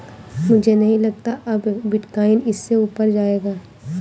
मुझे नहीं लगता अब बिटकॉइन इससे ऊपर जायेगा